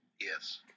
yes